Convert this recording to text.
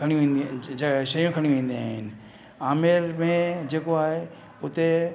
खणी वेंदी शयूं खणी वेंदा आहिनि आमेर में जेको आहे उते